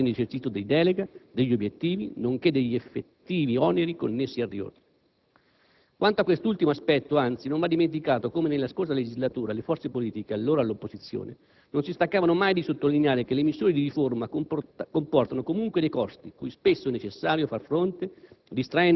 dei margini di esercizio di delega, degli obiettivi, nonché degli effettivi oneri connessi al riordino. Quanto a quest'ultimo aspetto, anzi, non va dimenticato come nella scorsa legislatura le forze politiche, allora all'opposizione, non si stancavano mai di sottolineare che le misure di riforma comportano comunque dei costi, cui spesso è necessario far fronte